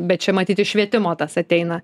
bet čia matyt iš švietimo tas ateina